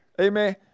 Amen